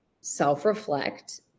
self-reflect